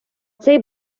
цей